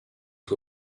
who